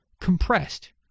compressed